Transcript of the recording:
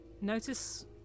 notice